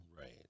right